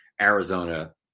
Arizona